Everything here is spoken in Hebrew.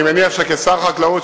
אני מניח שכשר החקלאות,